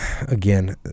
Again